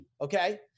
Okay